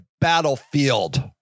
battlefield